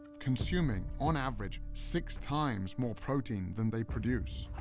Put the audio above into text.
consuming on average, six times more protein than they produce.